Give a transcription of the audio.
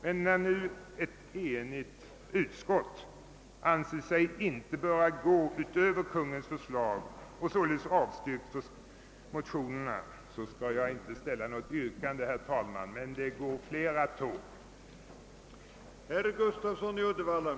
När nu emellertid ett enigt utskott ansett sig inte böra gå utöver Kungl. Maj:ts förslag och således har avstyrkt motionerna, skall jag inte nu ställa något yrkande, men herr talman, det går flera tåg.